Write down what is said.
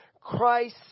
Christ